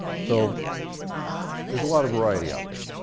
so there's a lot of variety out there.